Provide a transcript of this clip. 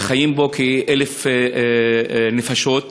חיות בו כ-1,000 נפשות.